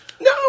No